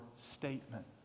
statement